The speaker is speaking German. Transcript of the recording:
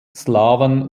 slawen